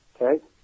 Okay